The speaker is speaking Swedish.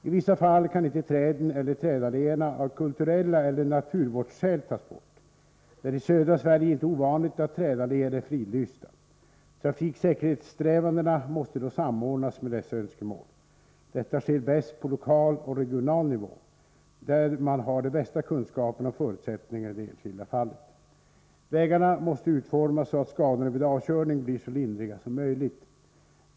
I vissa fall kan inte träden eller trädalléerna av kulturella skäl eller av naturvårdsskäl tas bort. Det är i södra Sverige inte ovanligt att trädalléer är fridlysta. Trafiksäkerhetssträvandena måste då samordnas med dessa önskemål. Detta sker bäst på lokal och regional nivå, där man har de bästa kunskaperna om förutsättningarna i det enskilda fallet. Vägarna måste utformas så, att skadorna vid avkörning blir så lindriga som möjligt.